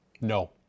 No